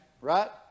right